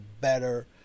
better